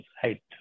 height